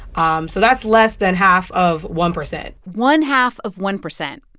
um so that's less than half of one percent one half of one percent.